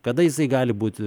kada jisai gali būti